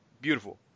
Beautiful